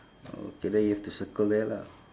okay then you have to circle that lah